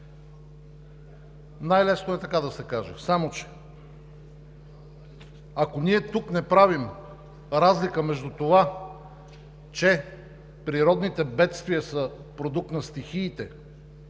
Най-лесно е така да се каже, само че, ако ние тук не правим разлика между това, че природните бедствия са продукт на стихиите,